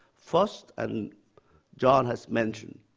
first, and john has mentioned,